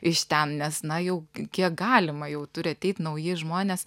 iš ten nes na jau kiek galima jau turi ateit nauji žmonės